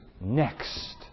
next